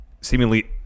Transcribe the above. seemingly